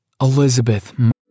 Elizabeth